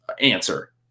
answer